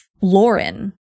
Lauren